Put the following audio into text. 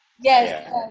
Yes